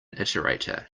iterator